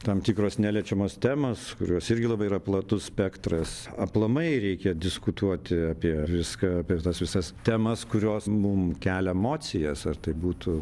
tam tikros neliečiamos temos kurios irgi labai yra platus spektras aplamai reikia diskutuoti apie viską apie tas visas temas kurios mum kelia emocijas ar tai būtų